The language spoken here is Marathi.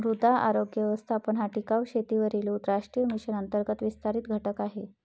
मृदा आरोग्य व्यवस्थापन हा टिकाऊ शेतीवरील राष्ट्रीय मिशन अंतर्गत विस्तारित घटक आहे